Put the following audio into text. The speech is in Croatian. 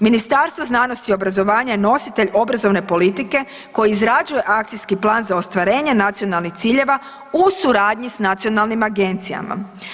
Ministarstvo znanosti i obrazovanja je nositelj obrazovne politike koji izrađuje akcijski plan za ostvarenje nacionalnih ciljeva u suradnji sa nacionalnim agencijama.